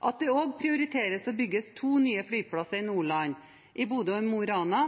At det også prioriteres å bygge to nye flyplasser i Nordland – i Bodø og i Mo i Rana